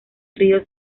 ríos